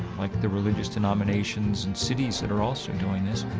like the religious denominations and cities that are also doing this,